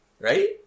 Right